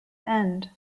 end